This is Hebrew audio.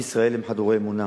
עם ישראל הם חדורי אמונה.